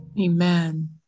Amen